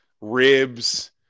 ribs